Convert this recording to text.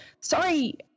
Sorry